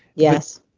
yes.